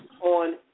on